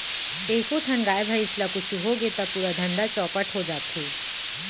एको ठन गाय, भईंस ल कुछु होगे त पूरा धंधा चैपट हो जाथे